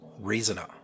Reasoner